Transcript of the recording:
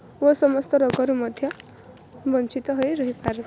ଓ ସମସ୍ତ ରୋଗରୁ ମଧ୍ୟ ବଞ୍ଚିତ ହୋଇ ରହିପାରେ